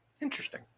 Interesting